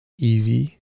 easy